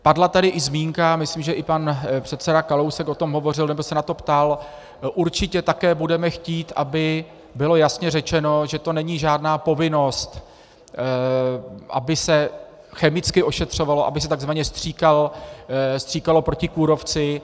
Padla tady i zmínka, myslím, že pan předseda Kalousek o tom hovořil, nebo se na to ptal, určitě také budeme chtít, aby bylo jasně řečeno, že to není žádná povinnost, aby se chemicky ošetřovalo, aby se tzv. stříkalo proti kůrovci.